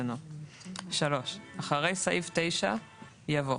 בעניינו,"; (3)אחרי סעיף 9 יבוא: